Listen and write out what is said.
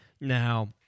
Now